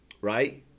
Right